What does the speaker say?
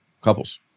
couples